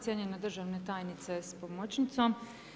Cijenjena državna tajnice s pomoćnicom.